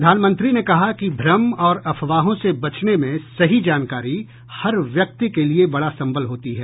प्रधानमंत्री ने कहा कि भ्रम और अफवाहों से बचने में सही जानकारी हर व्यक्ति के लिए बड़ा सम्बल होती है